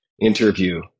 interview